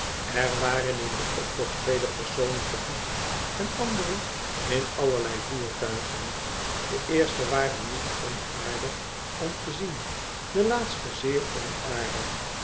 er waren in den optocht vele personen te voet en andere in allerlei voertuigen de eerste waren niet onaardig om te zien de laatste zeer onaardig